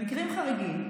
במקרים חריגים,